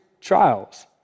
trials